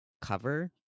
cover